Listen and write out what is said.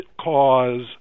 cause